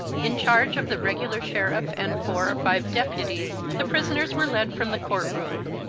in charge of the regular sheriff and four or five deputies the prisoners were led from the court-room.